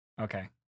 Okay